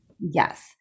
Yes